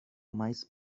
mice